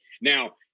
Now